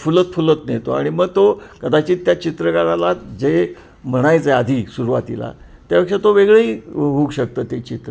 फुलत फुलत नेतो आणि मग तो कदाचित त्या चित्रकाराला जे म्हणायचं आहे आधी सुरुवातीला त्यापेक्षा तो वेगळही होऊ शकतो ते चित्र